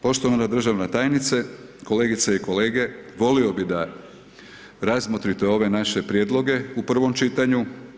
Poštovana državna tajnice, kolegice i kolege, volio bi da razmotrite ove naše prijedloge u prvom čitanju.